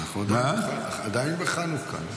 אנחנו עדיין בחנוכה.